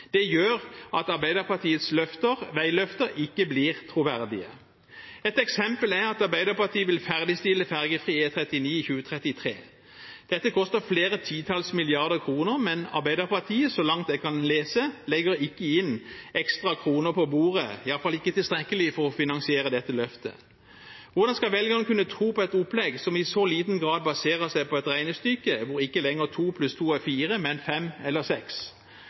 Det gjør at Arbeiderpartiets veiløfter ikke blir troverdige. Et eksempel er at Arbeiderpartiet vil ferdigstille fergefri E39 i 2033. Dette koster flere titalls milliarder kroner, men Arbeiderpartiet, så langt jeg kan lese, legger ikke ekstra kroner på bordet, iallfall ikke tilstrekkelig til å finansiere dette løftet. Hvordan skal velgerne kunne tro på et opplegg som i så liten grad baserer seg på et regnestykke hvor to pluss to ikke lenger er fire, men fem eller seks?